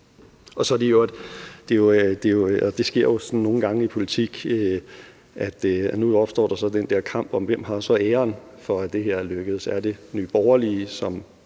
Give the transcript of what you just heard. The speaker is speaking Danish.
det sker jo nogle gange i politik – hvem der så har æren for, at det her er lykkedes. Er det Nye Borgerlige, som